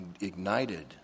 ignited